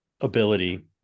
ability